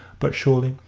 but, surely,